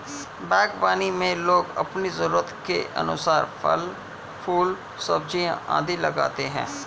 बागवानी में लोग अपनी जरूरत के अनुसार फल, फूल, सब्जियां आदि उगाते हैं